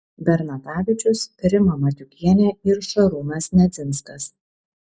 bernatavičius rima matiukienė ir šarūnas nedzinskas